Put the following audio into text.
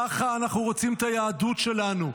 ככה אנחנו רוצים את היהדות שלנו.